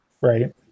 Right